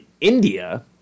India